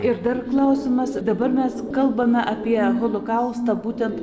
ir dar klausimas dabar mes kalbame apie holokaustą būtent